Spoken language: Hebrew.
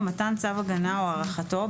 או מתן צו הגנה או הארכתו,